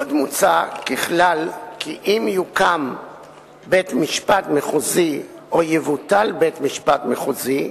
עוד מוצע ככלל כי אם יוקם בית-משפט מחוזי או יבוטל בית-משפט מחוזי,